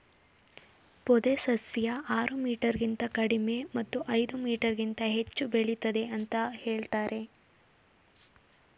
ಪೊದೆ ಸಸ್ಯ ಆರು ಮೀಟರ್ಗಿಂತ ಕಡಿಮೆ ಮತ್ತು ಐದು ಮೀಟರ್ಗಿಂತ ಹೆಚ್ಚು ಬೆಳಿತದೆ ಅಂತ ಹೇಳ್ತರೆ